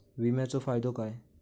विमाचो फायदो काय?